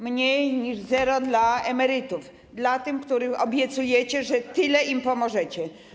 Mniej niż zero dla emerytów, dla tych, którym obiecujecie, że tyle im pomożecie.